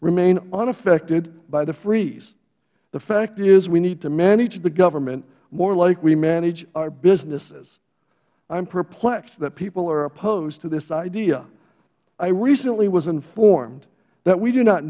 remain unaffected by the freeze the fact is we need to manage the government more like we manage our businesses i am perplexed that people are opposed to this idea i recently was informed that we do not